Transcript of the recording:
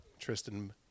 Tristan